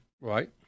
Right